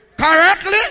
Correctly